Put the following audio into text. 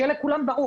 שיהיה לכולם ברור,